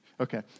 okay